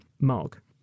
Mark